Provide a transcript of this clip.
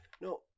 no